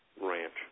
ranch